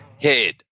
head